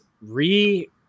re-